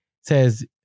says